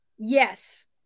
yes